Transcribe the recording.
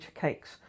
cakes